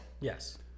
Yes